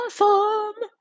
Awesome